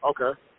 Okay